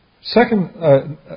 Second